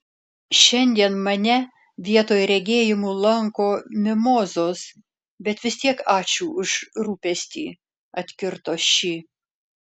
šiandien mane vietoj regėjimų lanko mimozos bet vis tiek ačiū už rūpestį atkirto ši